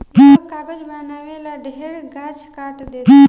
लोग कागज बनावे ला ढेरे गाछ काट देता